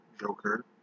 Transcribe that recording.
Joker